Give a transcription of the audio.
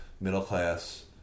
Middle-class